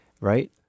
right